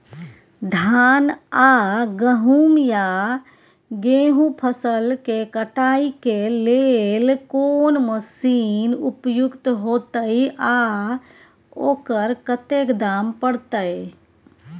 धान आ गहूम या गेहूं फसल के कटाई के लेल कोन मसीन उपयुक्त होतै आ ओकर कतेक दाम परतै?